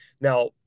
Now